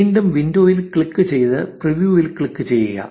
വീണ്ടും വിൻഡോയിൽ ക്ലിക്ക് ചെയ്ത് പ്രിവ്യൂവിൽ ക്ലിക്ക് ചെയ്യുക